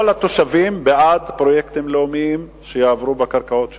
כל התושבים בעד פרויקטים לאומיים שיעברו בקרקעות שלהם.